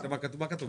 מה כתוב בפנייה?